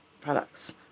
products